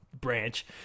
branch